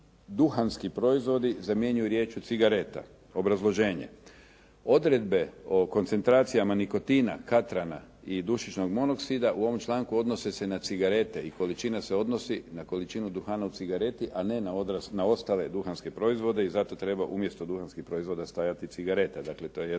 "duhanski proizvodi" zamjenjuju rječju: "cigareta" Obrazloženje. Odredbe o koncentracijama nikotina, katrana i dušičnog monoksida u ovom članku odnose se na cigarete i količina se odnosi na količinu duhana u cigareti, a ne ostale duhanske proizvode i zato treba umjesto duhanskih proizvoda stajati cigareta. Dakle, to je jedna